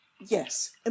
Yes